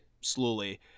slowly